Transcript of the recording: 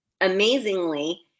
amazingly